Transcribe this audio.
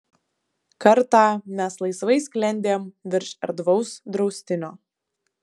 kartą mes laisvai sklendėm virš erdvaus draustinio